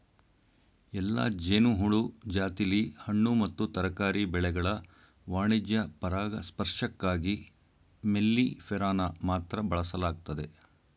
ಎಲ್ಲಾ ಜೇನುಹುಳು ಜಾತಿಲಿ ಹಣ್ಣು ಮತ್ತು ತರಕಾರಿ ಬೆಳೆಗಳ ವಾಣಿಜ್ಯ ಪರಾಗಸ್ಪರ್ಶಕ್ಕಾಗಿ ಮೆಲ್ಲಿಫೆರಾನ ಮಾತ್ರ ಬಳಸಲಾಗ್ತದೆ